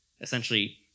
Essentially